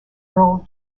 earl